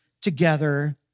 together